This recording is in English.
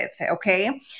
okay